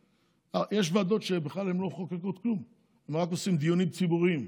יש ועדות שבכלל לא מחוקקות כלום ורק עושות דיונים ציבוריים,